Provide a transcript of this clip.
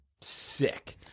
sick